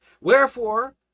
wherefore